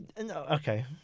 Okay